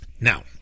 Now